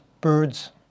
birds